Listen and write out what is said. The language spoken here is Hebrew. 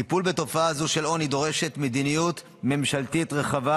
הטיפול בתופעה זו של עוני דורש מדיניות ממשלתית רחבה